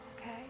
okay